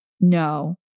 no